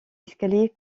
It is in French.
escalier